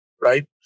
right